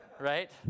right